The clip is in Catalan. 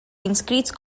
inscrits